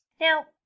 Now